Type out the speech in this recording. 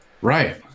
Right